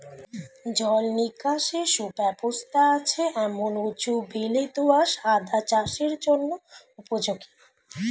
জল নিকাশের সুব্যবস্থা আছে এমন উঁচু বেলে দোআঁশ আদা চাষের জন্য উপযোগী